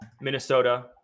Minnesota